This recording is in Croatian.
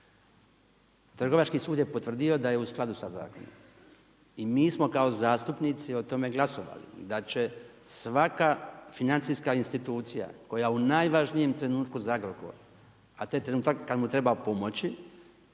Trgovački sud je potvrdio da je u skladu sa zakonom. I mi smo kao zastupnici o tome glasovali, da će svaka financijska institucija koja u najvažnijem trenutku za Agrokor, a taj trenutak kad mu treba pomoći,